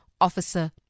Officer